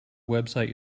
website